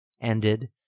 ended